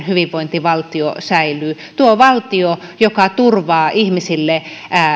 hyvinvointivaltiomme säilyy tuo valtio joka turvaa ihmisille